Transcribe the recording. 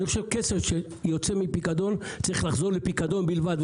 אני חושב שכסף יוצא מפיקדון צריך לחזור לפיקדון בלבד.